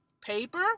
paper